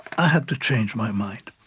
i had to change my mind.